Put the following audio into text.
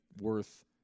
worth